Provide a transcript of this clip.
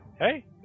Hey